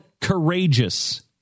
courageous